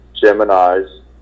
Gemini's